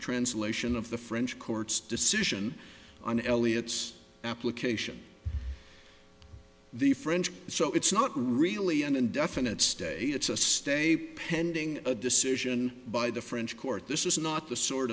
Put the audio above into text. translation of the french court's decision on elliot's application the french so it's not really an indefinite state it's a stay pending a decision by the french court this is not the sort